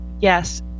yes